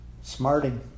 smarting